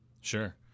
Sure